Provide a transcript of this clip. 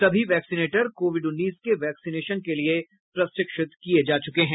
सभी vaccinator covid उन्नीस के वैक्सीनेशन के लिए प्रशिक्षित किये जा चुके हैं